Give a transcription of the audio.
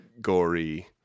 gory